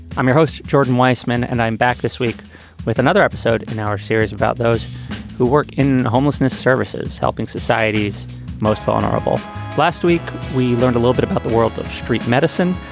i'm your host. jordan weisman. and i'm back this week with another episode in our series about those who work in homelessness services helping society's most vulnerable last week, we learned a little bit about the world of street medicine.